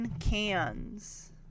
cans